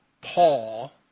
Paul